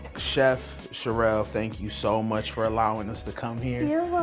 chef cherelle, thank you so much for allowing us to come here.